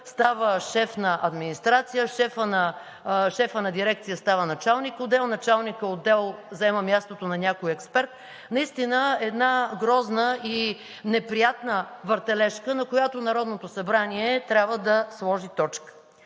става шеф на администрация, шефът на дирекция става началник-отдел, началникът отдел заема мястото на някой експерт – наистина една грозна и неприятна въртележка, на която Народното събрание трябва да сложи точка.